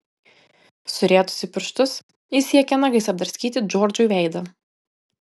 surietusi pirštus ji siekė nagais apdraskyti džordžui veidą